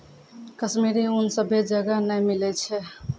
कश्मीरी ऊन सभ्भे जगह नै मिलै छै